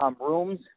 rooms